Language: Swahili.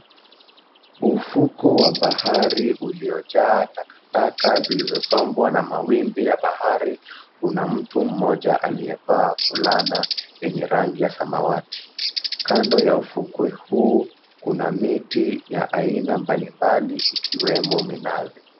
Ufuko wa bahari uliyojaa takataka zilizosombwa na mawimbi ya bahari una mtu mmoja aliyevaa fulana yenye rangi ya samawati. Kando ya ufukwe huu kuna miti ya aina mbalimbali ikiwemo minazi.